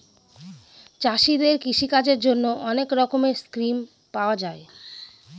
চাষীদের কৃষিকাজের জন্যে অনেক রকমের স্কিম পাওয়া যায়